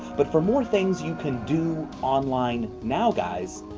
but for more things you can do online now, guys,